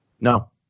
No